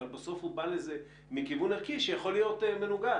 אבל בסוף הוא בא לזה מכיוון ערכי שיכול להיות מנוגד.